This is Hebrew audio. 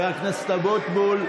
הכנסת אבוטבול.